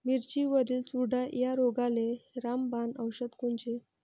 मिरचीवरील चुरडा या रोगाले रामबाण औषध कोनचे?